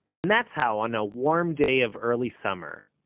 and that's how, on a warm day of early summer,